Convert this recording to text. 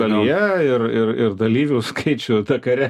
dalyje ir ir ir dalyvių skaičių dakare